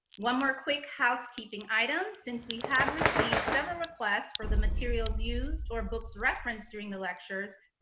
one more quick housekeeping item, since we have received several requests for the materials used or books referenced during the lectures,